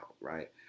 right